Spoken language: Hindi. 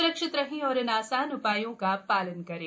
सुरक्षित रहें और इन आसान उ ायों का शालन करें